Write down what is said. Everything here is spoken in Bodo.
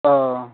अ